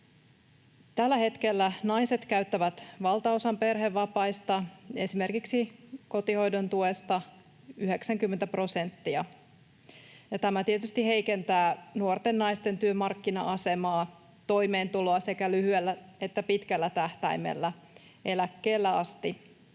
Tällä hetkellä naiset käyttävät valtaosan perhevapaista, esimerkiksi kotihoidon tuesta 90 prosenttia, ja tämä tietysti heikentää nuorten naisten työmarkkina-asemaa ja toimeentuloa sekä lyhyellä että pitkällä tähtäimellä eläkkeelle asti.